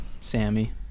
Sammy